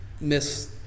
miss